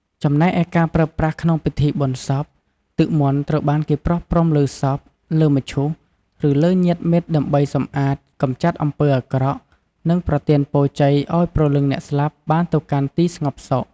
ចំណែកឯការប្រើប្រាស់ក្នុងពិធីបុណ្យសព ទឹកមន្តត្រូវបានគេប្រោះព្រំលើសព លើមឈូស ឬលើញាតិមិត្តដើម្បីសម្អាត កម្ចាត់អំពើអាក្រក់ និងប្រទានពរជ័យឱ្យព្រលឹងអ្នកស្លាប់បានទៅកាន់ទីស្ងប់សុខ។